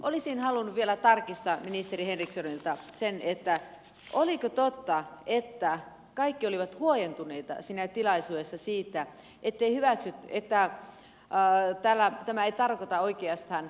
olisin halunnut vielä tarkistaa ministeri henrikssonilta sen oliko totta että kaikki olivat huojentuneita siinä tilaisuudessa siitä ettei hyväksy tietää jo nyt että tämä ei tarkoita oikeastaan mitään